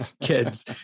Kids